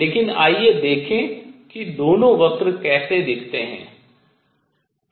लेकिन आइए देखें कि दोनों वक्र कैसे दिखते हैं